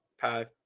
five